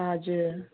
हजुर